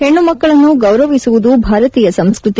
ಹೆಣ್ಣುಮಕ್ಕಳನ್ನು ಗೌರವಿಸುವುದು ಭಾರತೀಯ ಸಂಸ್ಕೃತಿ